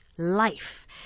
Life